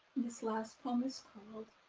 this last poem is